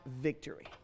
victory